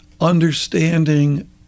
understanding